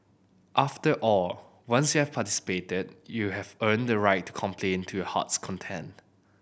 after all once you have participated you have earned the right to complain to your heart's content